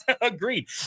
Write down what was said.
Agreed